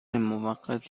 موقت